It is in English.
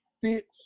fits